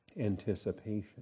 anticipation